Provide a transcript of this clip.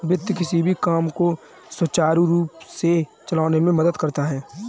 वित्त किसी भी काम को सुचारू रूप से चलाने में मदद करता है